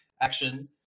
action